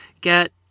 get